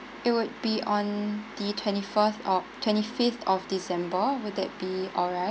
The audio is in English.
it would be on the twenty fourth of twenty fifth of december would that be alright